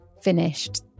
finished